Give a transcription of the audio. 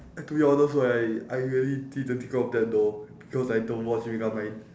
and to be honest right I really didn't think of that though because I don't watch megamind